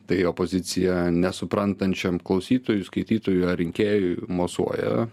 tai opozicija nesuprantančiam klausytojui skaitytojui ar rinkėjui mosuoja